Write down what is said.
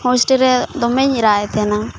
hostel ᱨᱮ ᱫᱚᱢᱮᱧ ᱨᱟᱜ ᱮᱫ ᱛᱟᱦᱮᱸᱱᱟ